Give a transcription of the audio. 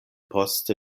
poste